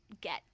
get